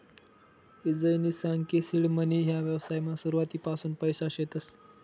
ईजयनी सांग की सीड मनी ह्या व्यवसायमा सुरुवातपासून पैसा शेतस